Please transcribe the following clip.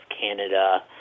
Canada